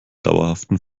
dauerhaften